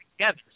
together